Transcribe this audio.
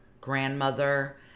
grandmother